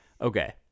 Okay